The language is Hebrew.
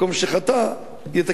יתקן בצורה ראויה.